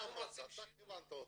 אתה אמרת, אתה כיוונת אותם.